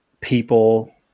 people